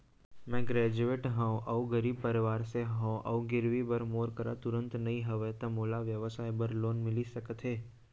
मैं ग्रेजुएट हव अऊ गरीब परवार से हव अऊ गिरवी बर मोर करा तुरंत नहीं हवय त मोला व्यवसाय बर लोन मिलिस सकथे?